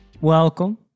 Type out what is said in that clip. welcome